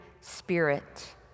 spirit